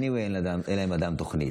בכל מקרה, עדיין אין להם תוכנית.